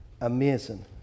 amazing